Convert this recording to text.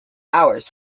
hours